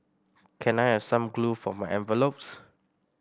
can I have some glue for my envelopes